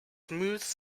smooths